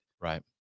right